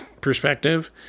perspective